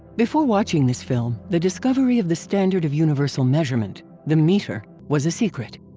before watching this film, the discovery of the standard of universal measurement, the meter, was a secret.